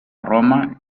roma